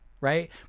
right